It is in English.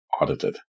audited